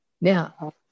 Now